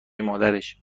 مادرش